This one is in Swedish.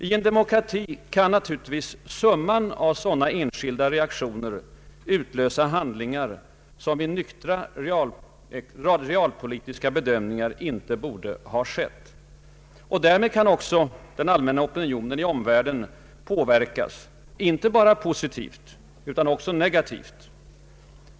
I en demokrati kan summan av sådana enskilda reaktioner utlösa handlingar, som vid nyktra realpolitiska bedömningar icke bort ske. Därmed kan också allmänna opinionen i omvärlden påverkas inte bara positivt utan också negativt.